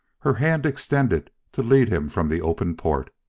her hand extended to lead him from the open port.